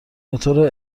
بطور